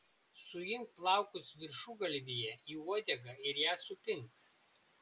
suimk plaukus viršugalvyje į uodegą ir ją supink